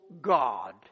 God